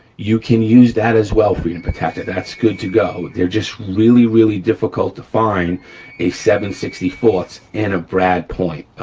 you can use that as well, freedom protector, that's good to go. they're just really, really difficult to find a seven sixty four and a brad point.